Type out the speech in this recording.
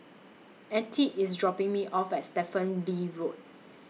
Attie IS dropping Me off At Stephen Lee Road